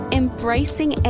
embracing